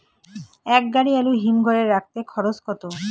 এক গাড়ি আলু হিমঘরে রাখতে খরচ কত?